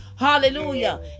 Hallelujah